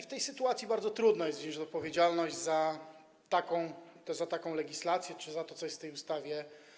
W tej sytuacji bardzo trudno jest wziąć odpowiedzialność za taką legislację czy za to, co jest w tej ustawie.